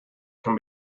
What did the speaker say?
can